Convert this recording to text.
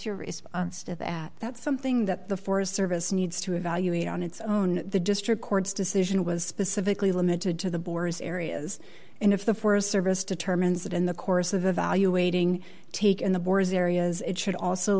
your response to that that's something that the forest service needs to evaluate on its own the district court's decision was specifically limited to the boars areas and if the forest service determines that in the course of evaluating take in the bores areas it should also